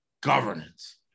governance